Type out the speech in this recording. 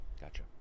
gotcha